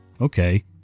Okay